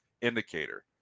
indicator